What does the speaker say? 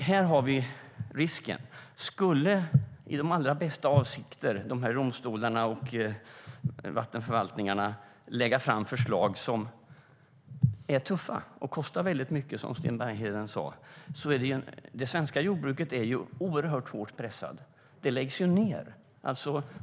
Här har vi risken: Skulle, med de allra bästa avsikter, de här domstolarna och vattenförvaltningarna lägga fram förslag som är tuffa och kostar mycket, som Sten Bergheden sa, blir det svårt för det svenska jordbruket. Det är oerhört hårt pressat. Det läggs ju ned.